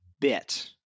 bit